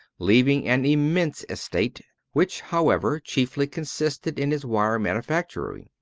leaving an immense estate which, however, chiefly consisted in his wire-manufactory.